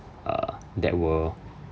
err that were